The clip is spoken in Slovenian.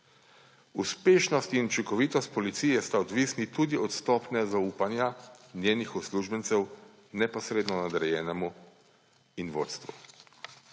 Uspešnost in učinkovitost policije sta odvisni tudi od stopnje zaupanja njenih uslužbencev neposredno nadrejenim in vodstvu.«